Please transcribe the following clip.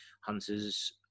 Hunter's